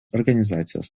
organizacijos